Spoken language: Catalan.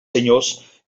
senyors